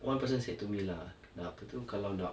one person said to me lah nak apa tu kalau nak